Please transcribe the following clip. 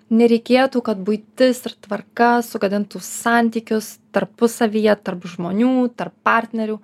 nereikėtų kad buitis ir tvarka sugadintų santykius tarpusavyje tarp žmonių tarp partnerių